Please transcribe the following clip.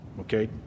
Okay